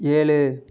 ஏழு